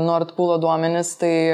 nord pulo duomenis tai